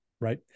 right